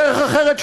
דרך אחרת,